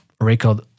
record